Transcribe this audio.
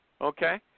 Okay